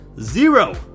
zero